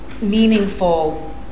meaningful